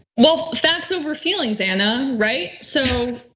well, facts over feelings anna, right? so,